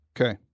Okay